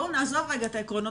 בואו נעזוב רגע את העקרונות